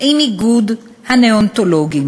עם איגוד הנאונטולוגים.